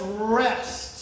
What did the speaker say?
rest